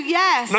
yes